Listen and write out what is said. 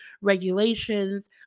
regulations